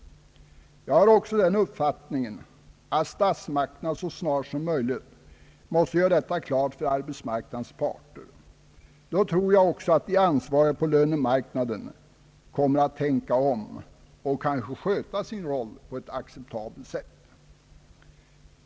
Jag har också den uppfattningen att statsmakterna så snart som möjligt måste göra detta klart för arbetsmarknadens parter. Då tror jag att de ansvariga på lönemarknaden kommer att tänka om och kanske sköta sin roll på ett acceptabelt sätt.